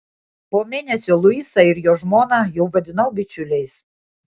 po mėnesio luisą ir jo žmoną jau vadinau bičiuliais